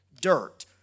dirt